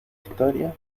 historia